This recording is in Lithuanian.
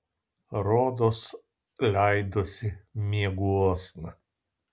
rodos leidosi mieguosna